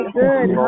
good